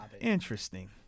Interesting